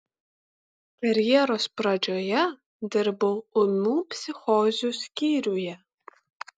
karjeros pradžioje dirbau ūmių psichozių skyriuje